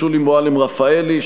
שולי מועלם-רפאלי,